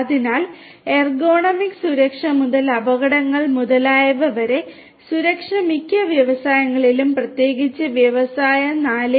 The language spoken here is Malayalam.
അതിനാൽ എർഗണോമിക്സ് സുരക്ഷ മുതൽ അപകടങ്ങൾ മുതലായവ വരെ സുരക്ഷ മിക്ക വ്യവസായങ്ങളിലും പ്രത്യേകിച്ച് വ്യവസായ 4